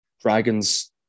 Dragons